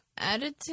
attitude